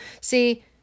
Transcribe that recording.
See